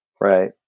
Right